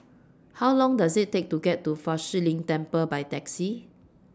How Long Does IT Take to get to Fa Shi Lin Temple By Taxi